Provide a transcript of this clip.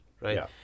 right